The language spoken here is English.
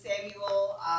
Samuel